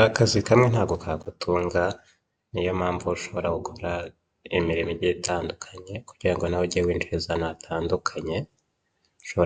Abagabo babiri bari guterura imifuka bayihunika, bishoboka cyane yuko ari imyaka, umusaruro weze w'abaturage, ibishyimbo se, umuceri cyangwa ingano ndetse